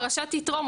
פרשת יתרו,